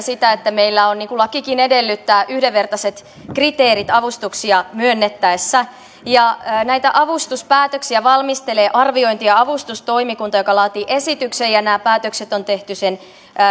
sitä että meillä on niin kuin lakikin edellyttää yhdenvertaiset kriteerit avustuksia myönnettäessä näitä avustuspäätöksiä valmistelee arviointi ja avustustoimikunta joka laatii esityksen ja nämä päätökset on tehty sen